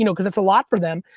you know cause it's a lot for them,